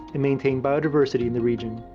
and maintain biodiversity in the region.